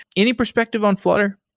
any perspective on flutter?